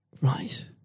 Right